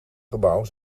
gebouw